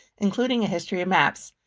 including a history of maps.